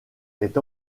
est